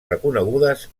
reconegudes